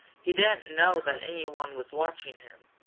he didn't know that anyone was watching him,